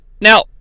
Now